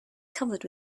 covered